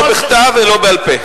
לא בכתב ולא בעל-פה.